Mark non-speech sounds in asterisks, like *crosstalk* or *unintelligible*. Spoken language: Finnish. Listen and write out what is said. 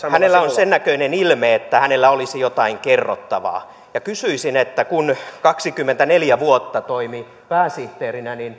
sen näköinen ilme että hänellä olisi jotain kerrottavaa kysyisin että kun hän kaksikymmentäneljä vuotta toimi pääsihteerinä niin *unintelligible*